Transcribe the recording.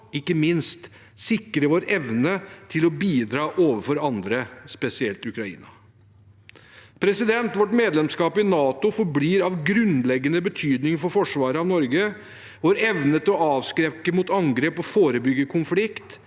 ikke minst – sikre vår evne til å bidra overfor andre, spesielt Ukraina. Vårt medlemskap i NATO forblir av grunnleggende betydning for forsvaret av Norge, vår evne til å avskrekke mot angrep og forebygge konflikt.